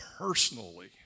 personally